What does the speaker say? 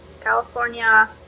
California